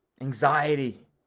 anxiety